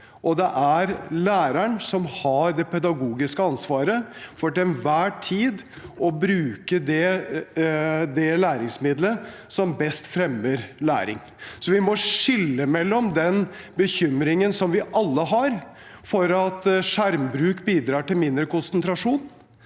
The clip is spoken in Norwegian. det er læreren som har det pedagogiske ansvaret for til enhver tid å bruke det læremidlet som best fremmer læring. Så vi må skille når det gjelder den bekymringen som vi alle har for at skjermbruk bidrar til mindre konsentrasjon.